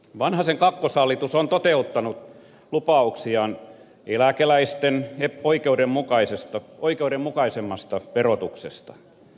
vanhasen kakkoshallitus on toteuttanut lupauksiaan eläkeläisten oikeudenmukaisemmasta verotuksesta